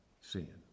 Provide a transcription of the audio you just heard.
sin